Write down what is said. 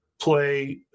play